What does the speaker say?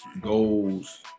goals